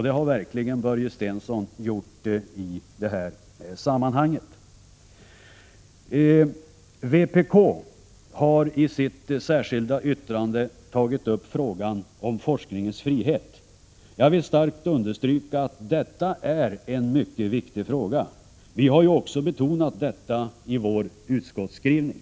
Det har verkligen Börje Stensson gjort i detta sammanhang. Vpk har i sitt särskilda yttrande tagit upp frågan om forskningens frihet. Jag vill starkt understryka att detta är en mycket viktig fråga. Vi har också betonat det i vår utskottsskrivning.